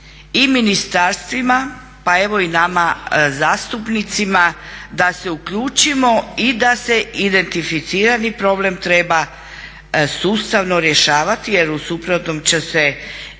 i ministarstvima pa evo i nama zastupnicima da se uključimo i da se identificirani problem treba sustavno rješavati jer u suprotnom će se,